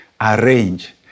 arrange